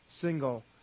single